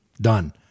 Done